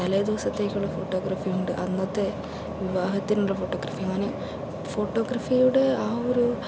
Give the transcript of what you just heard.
തലേ ദിവസത്തേക്കുള്ള ഫോട്ടോഗ്രാഫി ഉണ്ട് അന്നത്തെ വിവാഹത്തിനുള്ള ഫോട്ടോഗ്രാഫി അങ്ങനെ ഫോട്ടോഗ്രാഫിയോട് ആ ഒരു